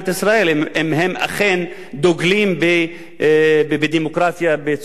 אם הם אכן דוגלים בדמוקרטיה בצורה כנה,